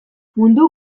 mundu